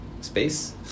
space